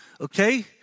okay